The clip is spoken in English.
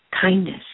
kindness